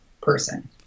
person